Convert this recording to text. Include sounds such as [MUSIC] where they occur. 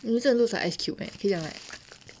you know 这个 looks like ice cube eh 可以这样 right [NOISE]